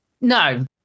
no